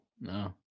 no